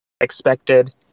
expected